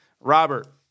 Robert